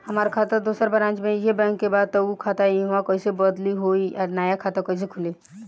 हमार खाता दोसर ब्रांच में इहे बैंक के बा त उ खाता इहवा कइसे बदली होई आ नया खाता कइसे खुली?